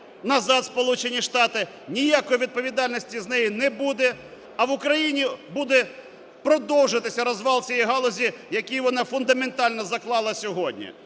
назад, в Сполучені Штати, ніякої відповідальної з неї не буде, а в Україні буде продовжуватися розвал цієї галузі, які вона фундаментально заклала сьогодні: